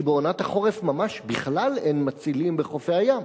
כי בעונת החורף ממש בכלל אין מצילים בחופי הים.